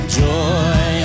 joy